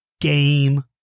game